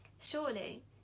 Surely